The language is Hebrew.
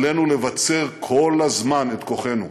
עלינו לבצר כל הזמן את כוחנו.